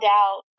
out